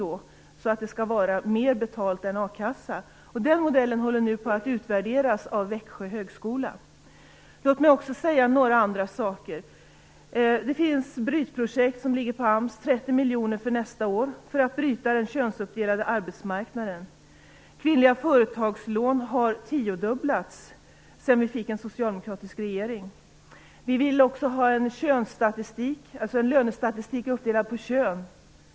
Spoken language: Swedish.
Det skall vara mer betalt än i a-kassan. Den modellen håller nu på att utvärderas av Växjö högskola. Låt mig också säga några andra saker. Det finns brytprojekt om ligger på AMS - 30 miljoner för nästa år - för att bryta den könsuppdelade arbetsmarknaden. Antalet kvinnliga företagslån har tiodubblats sedan vi fick en socialdemokratisk regering. Vi vill också ha en lönestatistik uppdelad på kön.